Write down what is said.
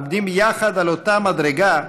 עומדים יחד על אותה מדרגה,